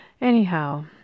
Anyhow